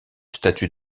statue